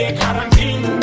quarantine